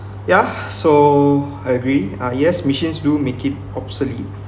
ya so I agree uh yes machine do make it obsolete